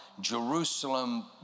Jerusalem